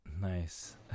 Nice